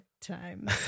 time